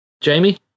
Jamie